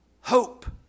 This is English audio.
hope